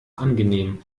angenehm